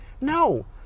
No